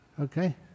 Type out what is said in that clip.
Okay